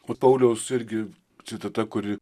o pauliaus irgi citata kuri